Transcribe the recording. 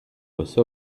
passa